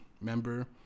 member